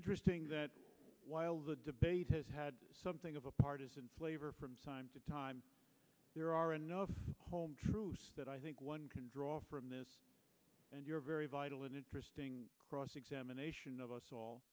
interesting that while the debate has had something of a partisan flavor from time to time there are enough home truths that i think one can draw from this and your very vital and interesting cross examination of us all